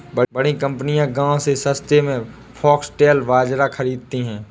बड़ी कंपनियां गांव से सस्ते में फॉक्सटेल बाजरा खरीदती हैं